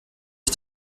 ich